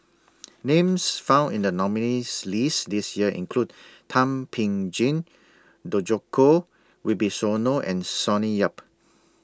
Names found in The nominees' list This Year include Thum Ping Tjin Djoko Wibisono and Sonny Yap